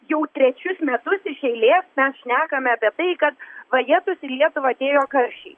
jau trečius metus iš eilės mes šnekame apie tai kad vajetus į lietuvą atėjo karščiai